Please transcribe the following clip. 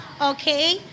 Okay